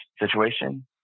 situation